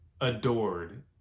adored